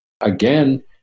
again